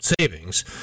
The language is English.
savings